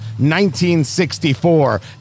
1964